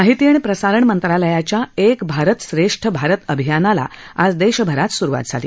माहिती आणि प्रसारण मंत्रालयाच्या एक भारत श्रेष्ठ भारत अभियानाला आज देशभरात सुरुवात झाली